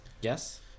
Yes